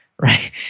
right